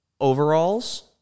overalls